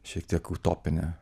šiek tiek utopinė